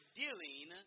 dealing